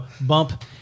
bump